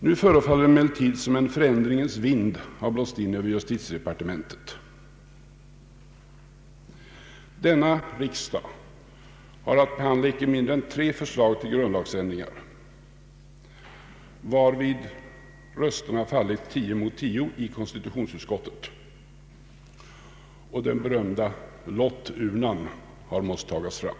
Nu förefaller det emellertid som om en förändringens vind har blåst in över jusitiedepartementet. Denna riksdag har fått mottaga icke mindre än tre förslag till grundlagsändringar, där rösterna fallit 10 mot 10 i konstitutionsutskottet och den berömda lotturnan har måst tagas fram.